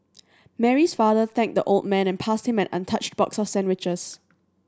Mary's father thanked the old man and passed him an untouched box of sandwiches